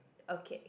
okay